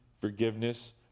forgiveness